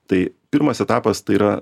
tai pirmas etapas tai yra